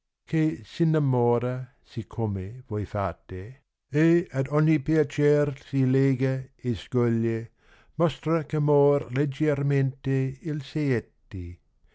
chi s innamora siccome voi fate e ad ogni piacer si lega e scioglie mostra ch'amor leggiermente il saetti